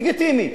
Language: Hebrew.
לגיטימי,